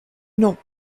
not